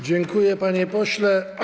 Dziękuję, panie pośle.